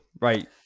Right